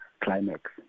climax